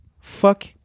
Fuck